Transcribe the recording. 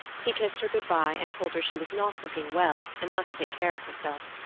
he kissed her good-by, and told her she was not looking well and must take care of herself.